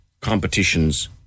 competitions